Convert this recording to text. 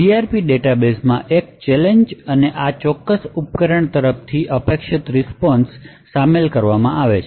CRP database માં એક challenge અને આ ચોક્કસ ઉપકરણ તરફથી અપેક્ષિત રીસ્પોન્શ શામેલ છે